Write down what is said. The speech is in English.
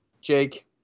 Jake